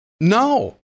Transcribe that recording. No